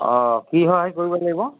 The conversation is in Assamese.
অঁ কি সহায় কৰিব লাগিব